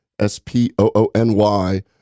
S-P-O-O-N-Y